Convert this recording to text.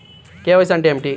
KYC అంటే ఏమిటి?